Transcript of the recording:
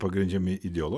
pagrindžiami idealu